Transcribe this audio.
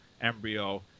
embryo